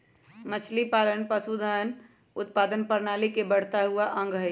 मछलीपालन पशुधन उत्पादन प्रणाली के बढ़ता हुआ अंग हई